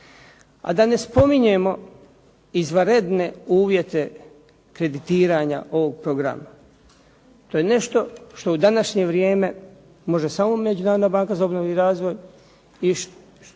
A da ne spominje izvanredne uvjete kreditiranja ovog programa. To je nešto što u današnje vrijeme može samo Međunarodna banka za obnovu i razvoj